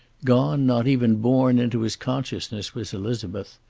gone not even born into his consciousness was elizabeth.